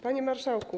Panie Marszałku!